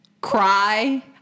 cry